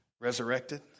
resurrected